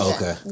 Okay